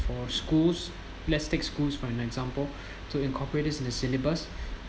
for schools let's take schools for an example to incorporate it in the syllabus